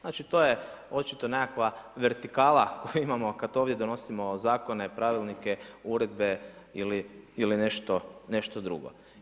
Znači, to je očito nekakva vertikala koju imamo kad ovdje donosimo zakone, pravilnike, uredbe ili nešto drugo.